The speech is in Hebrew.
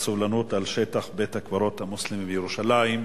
הסובלנות על שטח בית-הקברות המוסלמי בירושלים,